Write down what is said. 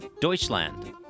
Deutschland